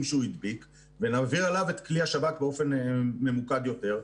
שהוא הדביק ונעביר עליו את כלי השב"כ באופן ממוקד יותר.